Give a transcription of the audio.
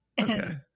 Okay